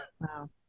wow